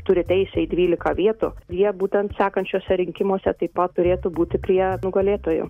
turi teisę į dvylika vietų jie būtent sekančiuose rinkimuose taip pat turėtų būti prie nugalėtojų